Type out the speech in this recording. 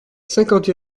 cinquante